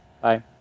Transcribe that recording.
Bye